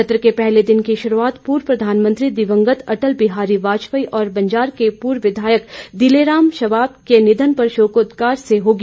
सत्र के पहले दिन की शुरूआत पूर्व प्रधानमंत्री दिवंगत अटल बिहारी वाजपेयी और बंजार के पूर्व विघायक दिले राम शवाब के निधन पर शोकोदगार से होगी